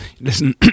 listen